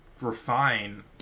refine